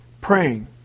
praying